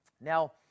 Now